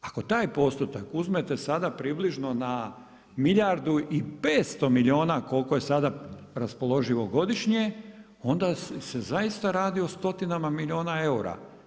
Ako taj postotak uzmete sada približno na milijardu i 500 milijuna koliko je sad raspoloživo godišnje, onda se zaista radi o 100 milijuna eura.